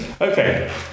Okay